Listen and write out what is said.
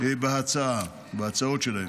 בהצעות שלהם.